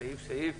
סעיף-סעיף.